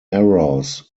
errors